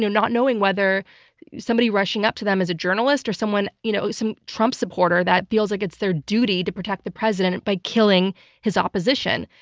not knowing whether somebody's rushing up to them is a journalist or you know some trump supporter that feels like it's their duty to protect the president by killing his opposition.